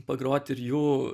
pagrot ir jų